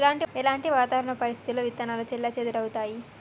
ఎలాంటి వాతావరణ పరిస్థితుల్లో విత్తనాలు చెల్లాచెదరవుతయీ?